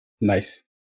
Nice